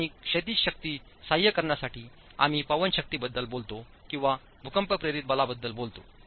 आणि क्षैतिज शक्ती सहाय्य करण्यासाठी आम्ही पवन शक्ती बद्दल बोलतो किंवा भूकंप प्रेरित बला बद्दल बोलतो